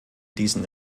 diesen